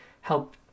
help